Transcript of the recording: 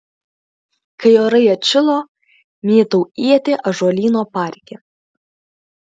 kai orai atšilo mėtau ietį ąžuolyno parke